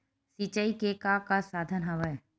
सिंचाई के का का साधन हवय?